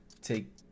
take